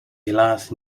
helaas